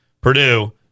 Purdue